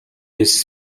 this